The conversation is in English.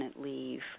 leave